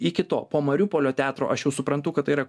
iki to po mariupolio teatro aš jau suprantu kad tai yra